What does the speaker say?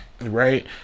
Right